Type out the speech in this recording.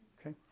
Okay